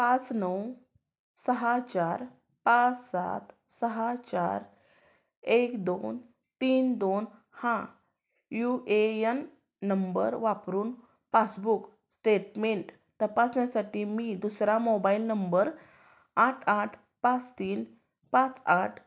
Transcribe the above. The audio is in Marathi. पाच नऊ सहा चार पाच सात सहा चार एक दोन तीन दोन हा यू ए यन नंबर वापरून पासबुक स्टेटमेंट तपासण्यासाठी मी दुसरा मोबाईल नंबर आठ आठ पाच तीन पाच आठ